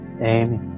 Amy